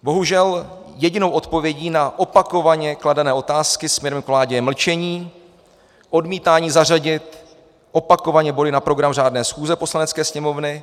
Bohužel jedinou odpovědí na opakovaně kladené otázky směrem k vládě je mlčení, odmítání zařadit opakovaně body na program řádné schůze Poslanecké sněmovny.